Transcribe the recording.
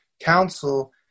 council